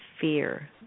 fear